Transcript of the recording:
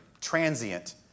transient